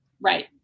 Right